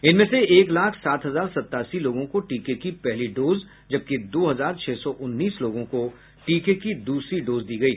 इनमें से एक लाख सात हजार सतासी लोगों को टीके की पहली डोज जबकि दो हजार छह सौ उन्नीस लोगों को टीके की दूसरी डोज दी गई